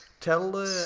Tell